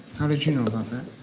how did you know about that?